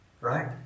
right